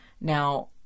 Now